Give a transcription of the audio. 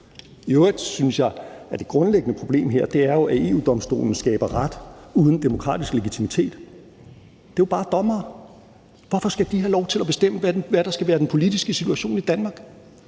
jeg, at det grundlæggende problem her er, at EU-Domstolen skaber ret uden demokratisk legitimitet. Det er jo bare dommere. Hvorfor skal de have lov til at bestemme, hvad der skal være den politiske situation i Danmark?